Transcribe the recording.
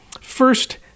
First